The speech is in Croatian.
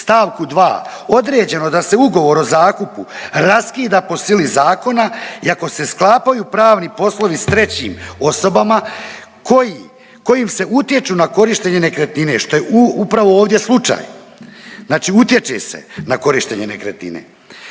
stavku 2. određeno da se Ugovor o zakupu raskida po sili zakona i ako se sklapaju pravni poslovi s trećim osobama koji, kojim se utječu na korištenje nekretnine, što je u, upravo ovdje slučaj, znači utječe se na korištenje nekretnine.